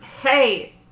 Hey